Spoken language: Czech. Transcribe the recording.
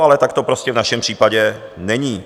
Ale tak to prostě v našem případě není.